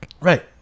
Right